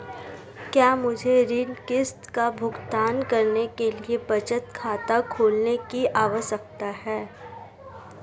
क्या मुझे ऋण किश्त का भुगतान करने के लिए बचत खाता खोलने की आवश्यकता है?